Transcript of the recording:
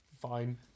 fine